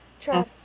try